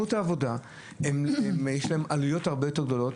את היקפה ויש להם עלויות הרבה יותר גדולות.